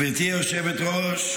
גברתי היושבת-ראש,